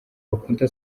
bakunda